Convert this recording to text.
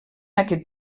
aquest